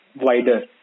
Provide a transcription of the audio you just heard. wider